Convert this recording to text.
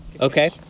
Okay